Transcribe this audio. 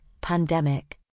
pandemic